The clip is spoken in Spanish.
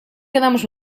quedamos